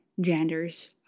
genders